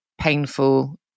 painful